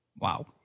Wow